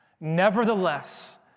Nevertheless